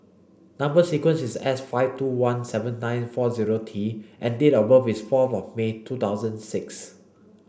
number sequence is S five two one seven nine four zero T and date of birth is four of May two thousand six